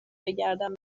بگردم